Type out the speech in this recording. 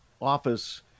office